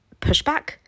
pushback